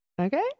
Okay